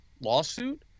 lawsuit